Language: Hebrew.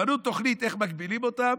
בנו תוכנית איך מגבילים אותם,